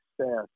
success